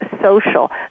social